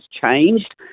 changed